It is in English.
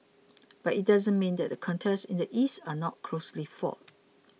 but it doesn't mean that the contests in the East are not closely fought